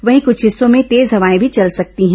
वहीं कुछ हिस्सों में तेज हवाएं भी चल सकती हैं